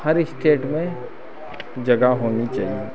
हर state में जगह होनी चाहिए